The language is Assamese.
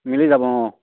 মিলি যাব অঁ